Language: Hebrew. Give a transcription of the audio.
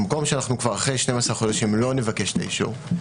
במקום שאנחנו כבר אחרי 12 חודשים לא נבקש את האישור,